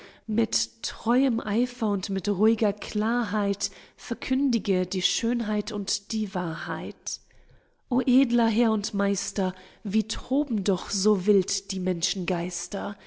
mit treuem eifer und mit ruh'ger klarheit verkündige die schönheit und die wahrheit o edler herr und meister wie toben doch so wild die